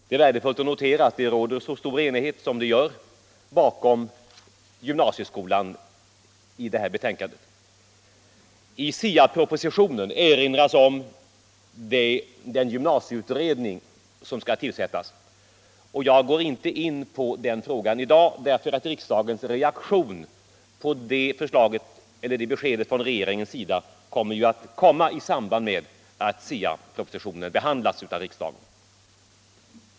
Det är värdefullt att notera att det råder så stor enighet som det gör om gymnasieskolan i det här betänkandet. I SIA-propositionen erinras om den gymnasieutredning som skall tillsättas, och jag går inte in på den frågan i dag, för riksdagens reaktion på detta besked från regeringens sida kommer ju i samband med att SIA-propositionen behandlas av riksdagen.